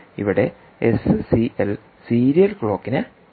ഇവിടെ SCL serial ക്ലോക്കിനെ സൂചിപ്പിക്കുന്നു